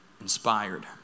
inspired